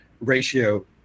ratio